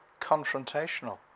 confrontational